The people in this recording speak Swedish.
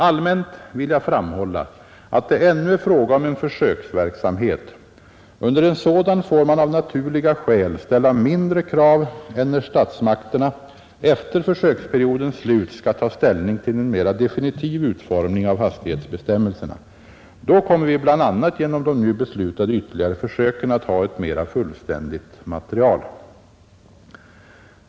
Allmänt vill jag framhålla att det ännu är fråga om en försöksverksamhet. Under en sådan får man av naturliga skäl ställa mindre krav än när statsmakterna efter försöksperiodens slut skall ta ställning till en mera definitiv utformning av hastighetsbestämmelserna. Då kommer vi bl.a. genom de nu beslutade ytterligare försöken att ha ett mera fullständigt material.